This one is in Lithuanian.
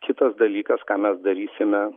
kitas dalykas ką mes darysime